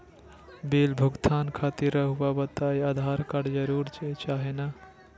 Bill भुगतान खातिर रहुआ बताइं आधार कार्ड जरूर चाहे ना?